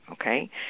okay